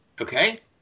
okay